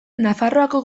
nafarroako